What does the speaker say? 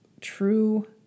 true